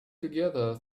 together